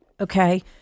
okay